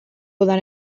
udan